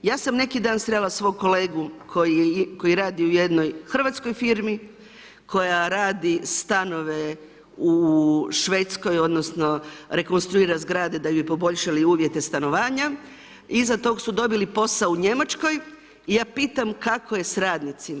Ja sam neki dan srela svog kolegu koji radi u jednoj Hrvatskoj firmi koja radi stanove u Švedskoj, odnosno rekonstruira zgrade da bi poboljšali uvjete stanovanja, iza tog su dobili posao u Njemačkoj i ja pitam kako je s radnicima.